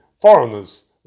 foreigners